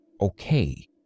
okay